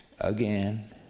again